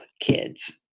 kids